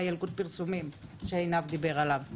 הילקוט פרסומים שעינב דיבר עליו.